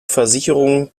versicherung